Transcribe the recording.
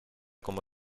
como